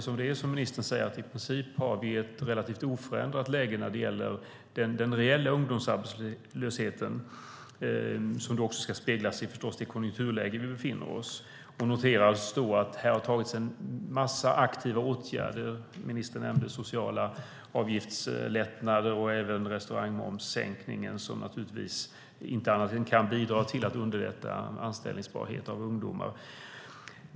Som ministern säger har vi i princip ett relativt oförändrat läge när det gäller den reella ungdomsarbetslösheten, som förstås ska speglas i det konjunkturläge som vi befinner oss. Det noteras att det har vidtagits en massa aktiva åtgärder. Ministern nämnde lättnader i fråga om sociala avgifter och även sänkningen av restaurangmomsen som naturligtvis kan bidra till att underlätta anställningsbarheten av ungdomar.